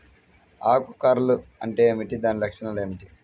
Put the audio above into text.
ఆకు కర్ల్ అంటే ఏమిటి? దాని లక్షణాలు ఏమిటి?